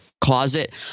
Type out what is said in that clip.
closet